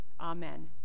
Amen